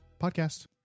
Podcast